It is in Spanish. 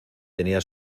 tenía